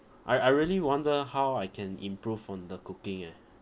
I I really wonder how I can improve on the cooking eh